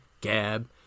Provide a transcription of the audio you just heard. Gab